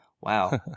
wow